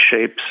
shapes